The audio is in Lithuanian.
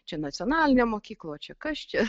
čia nacionalinė mokykla o čia kas čia